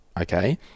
okay